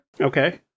Okay